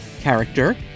character